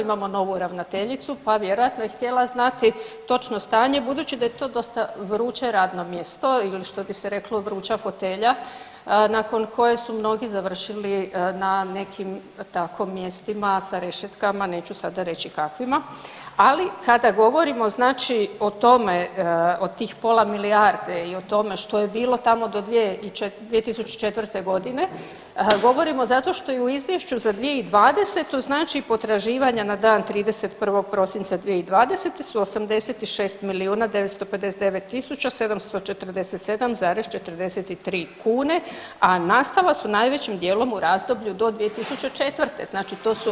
Imamo novu ravnateljicu pa vjerojatno je htjela znati točno stanje budući da je to dosta vruće radno mjesto ili što bi se reklo, vruća fotelja nakon koje su mnogi završili na nekim tako mjestima sa rešetkama, neću sada reći kakvima, ali kada govorimo znači o tome, o tim pola milijarde i o tome što je bilo tamo do 2004. g. govorimo zato što je i u Izvješću za 2020. znači potraživanja na dan 31. prosinca 2020. su 86 959 747,43 kune a nastala su najvećim dijelom u razdoblju do 2004., znači to su